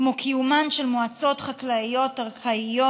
כמו קיומן של מועצות חקלאיות ארכאיות,